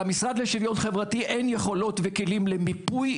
למשרד לשוויון חברתי אין יכולות לכלים למיפוי,